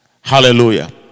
Hallelujah